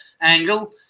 angle